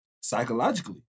psychologically